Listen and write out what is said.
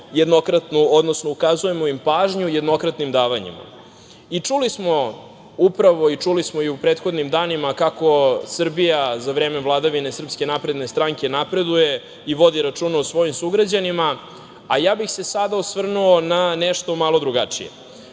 jednokratnu, odnosno ukazujemo im pažnju jednokratnim davanjima. Čuli smo upravo, a čuli smo i u prethodnim danima, kako Srbija za vreme vladavine SNS napreduje i vodi računa o svojim sugrađanima, a ja bih se sada osvrnuo na nešto malo drugačije.